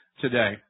today